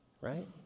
Right